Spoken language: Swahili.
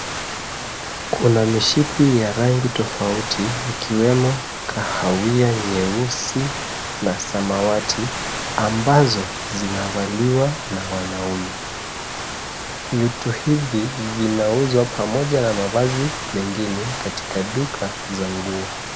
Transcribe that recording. Kuna mishipi ya rangi tofauti ikiwemo kahawia , nyeusi na samawati, ambazo zinavaliwa na wanaume. Vitu hivi vinauzwa pamoja na mavazi mengine katika duka za nguo.